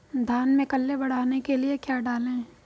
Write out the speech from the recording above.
धान में कल्ले बढ़ाने के लिए क्या डालें?